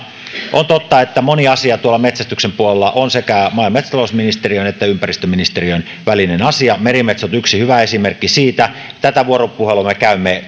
on totta että moni asia metsästyksen puolella on maa ja metsätalousministeriön ja ympäristöministeriön välinen asia merimetsot yksi hyvä esimerkki siitä tätä vuoropuhelua me käymme